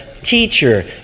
teacher